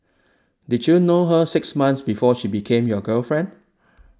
did you know her six months before she became your girlfriend